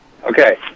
Okay